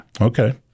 Okay